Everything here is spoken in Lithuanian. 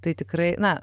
tai tikrai na